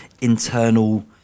internal